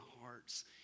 hearts